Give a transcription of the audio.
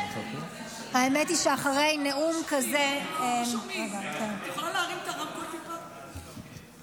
כי אחרי מניפסט כזה אני מאוד מתפלאת שעולה דבר כזה,